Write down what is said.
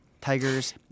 Tigers